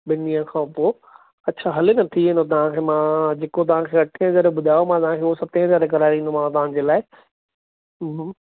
ॿिनि ॾींहंनि खां पोइ अच्छा हले न थी वेंदो तव्हां खे मां जेको तव्हां खे अठें हज़ारे ॿुधायो मां तव्हां खे उहो सतें हज़ारे कराइ ॾींदोमांव तव्हां जे लाइ